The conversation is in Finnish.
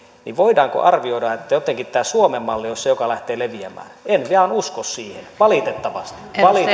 niin voidaanko arvioida että jotenkin tämä suomen malli olisi se joka lähtee leviämään en vaan usko siihen valitettavasti valitettavasti